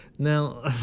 Now